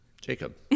jacob